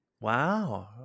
Wow